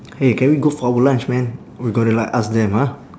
hey can we go for our lunch man we got to like ask them ah